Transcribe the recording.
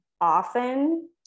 often